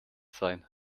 sein